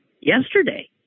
yesterday